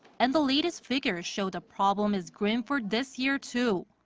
and the latest figures show the problem is grim for this year too.